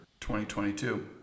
2022